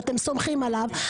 ואתם סומכים עליו,